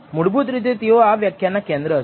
મૂળભૂત રીતે તેઓ આ વ્યાખ્યાન ના કેન્દ્ર હશે